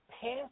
past